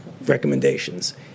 recommendations